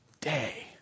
day